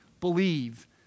believe